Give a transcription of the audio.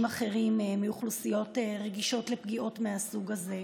אחרים מאוכלוסיות רגישות לפגיעות מהסוג הזה.